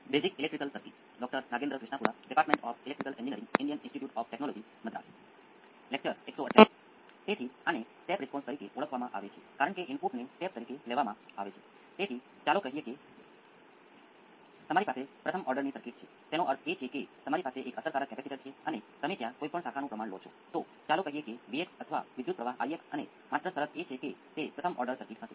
સાઇનુંસોઈડ માટે રેખીય પ્રણાલીનો આ રિસ્પોન્સ એક જ ફ્રિક્વન્સીનો સાઇનુંસોઈડ હોવાથી ચાલો આપણે ઘણી રીતે ખૂબ અનુકૂળ છીએ સૌ પ્રથમ વિશ્લેષણ માટે અને પછી અન્ય કોઈ કોર્સમાં તમે જોશો કે ઘણા સિગ્નલ કેટલાક સાઇનુંસોઈડને વિઘટિત કરી શકે છે